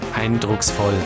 eindrucksvoll